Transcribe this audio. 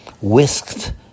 whisked